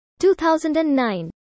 2009